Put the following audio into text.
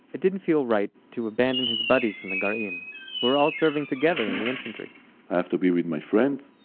it didn't feel right to abandon his buddies from the garin, who were all serving together in the infantry i have to be with my friends.